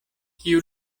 kiu